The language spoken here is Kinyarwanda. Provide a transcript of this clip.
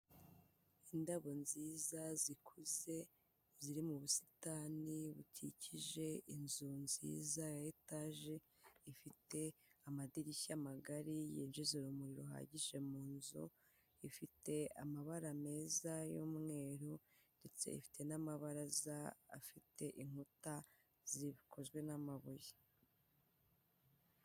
Indabo nziza zikuze ziri mu busitani bukikije inzu nziza ya etaje, ifite amadirishya magari yinjiza urumuri ruhagije mu nzu, ifite amabara meza y'umweru ndetse ifite n'amabaraza afite inkuta zikozwe n'amabuye.